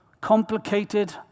complicated